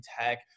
tech